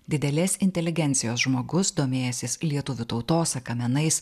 didelės inteligencijos žmogus domėjęsis lietuvių tautosaka menais